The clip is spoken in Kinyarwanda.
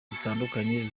zitandukanye